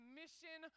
mission